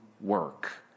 work